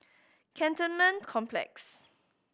Cantonment Complex